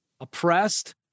oppressed